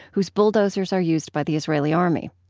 whose bulldozers are used by the israeli army.